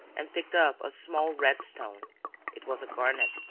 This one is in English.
and picked up a small red stone it was a garnet.